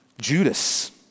Judas